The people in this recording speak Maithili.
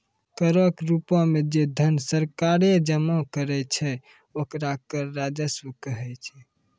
करो के रूपो मे जे धन सरकारें जमा करै छै ओकरा कर राजस्व कहै छै